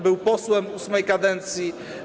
Był posłem VIII kadencji.